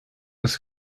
was